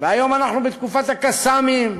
והיום אנחנו בתקופת ה"קסאמים",